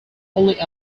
only